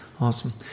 Awesome